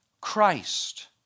Christ